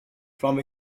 from